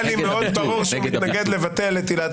היה לי מאוד ברור שהוא מתנגד לבטל את עילת הסבירות.